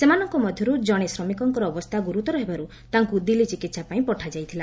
ସେମାନଙ୍କ ମଧ୍ଧରୁ ଜଶେ ଶ୍ରମିକଙ୍କର ଅବସ୍ଥା ଗୁରୁତର ହେବାରୁ ତାଙ୍କୁ ଦିଲ୍ଲୀ ଚିକିହା ପାଇଁ ପଠା ଯାଇଥିଲା